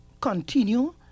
continue